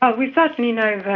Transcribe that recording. ah we certainly know that